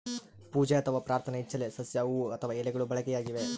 ಪೂಜೆ ಅಥವಾ ಪ್ರಾರ್ಥನೆ ಇಚ್ಚೆಲೆ ಸಸ್ಯ ಹೂವು ಅಥವಾ ಎಲೆಗಳು ಬಳಕೆಯಾಗಿವೆ